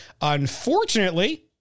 Unfortunately